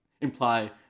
imply